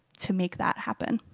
to make that happen.